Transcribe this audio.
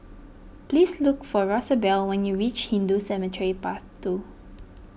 please look for Rosabelle when you reach Hindu Cemetery Path two